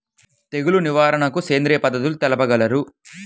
తెగులు నివారణకు సేంద్రియ పద్ధతులు తెలుపగలరు?